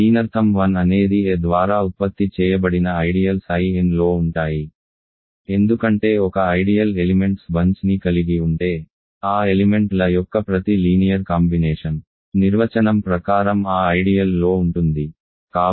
దీనర్థం 1 అనేది a ద్వారా ఉత్పత్తి చేయబడిన ఐడియల్స్ In లో ఉంటాయి ఎందుకంటే ఒక ఐడియల్ ఎలిమెంట్స్ బంచ్ ని కలిగి ఉంటే ఆ ఎలిమెంట్ ల యొక్క ప్రతి లీనియర్ కాంబినేషన్ నిర్వచనం ప్రకారం ఆ ఐడియల్ లో ఉంటుంది